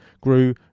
grew